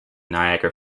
niagara